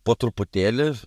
po truputėlį